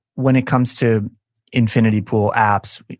when it comes to infinity pool apps,